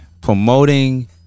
promoting